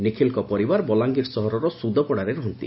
ନିଖ୍ଲଙ୍ ପରିବାର ବଲାଙ୍ଗୀର ସହରର ସ୍ଦଦପଡ଼ା ରୁହନ୍ତି